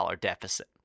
deficit